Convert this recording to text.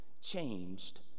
changed